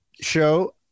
show